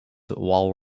while